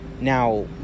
now